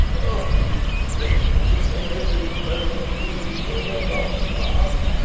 oh, it is dreadful to spend every moment grieving for the lost past,